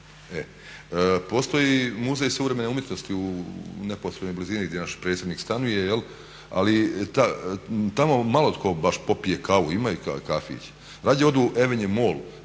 Postoji Muzej suvremene umjetnosti u neposrednoj blizini gdje naš predsjednik stanuje ali tamo malo tko baš popije kavu, imaju i kafić, rađe odu u Avenue Mall